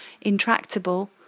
intractable